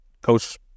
coach